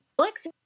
alex